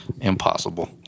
Impossible